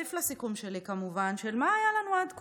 להוסיף לסיכום שלי, כמובן, של מה היה לנו עד כה.